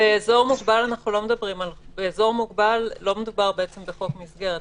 באזור מוגבל לא מדובר בחוק מסגרת.